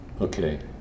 Okay